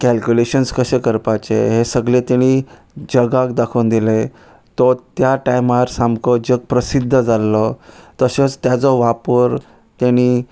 calculations कशें करपाचे हें सगळें तेणी जगाक दाखोवन दिलें तो त्या टायमार सामको जग प्रसिध्द जाल्लो तसोच ताचो वापर तेणी